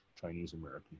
Chinese-American